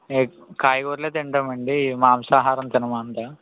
కాయగూరలే తింటామండీ మాంసాహారం తినము అంత